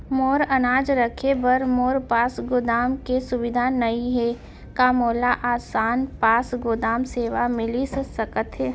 मोर अनाज रखे बर मोर पास गोदाम के सुविधा नई हे का मोला आसान पास गोदाम सेवा मिलिस सकथे?